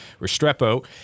Restrepo